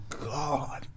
God